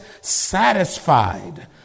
satisfied